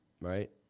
right